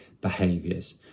behaviors